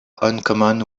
uncommon